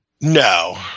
No